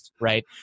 Right